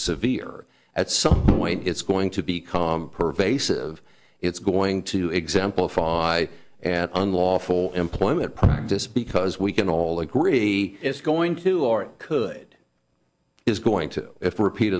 severe at some point it's going to be calm pervasive it's going to exemplify an unlawful employment practice because we can all agree it's going to or it could is going to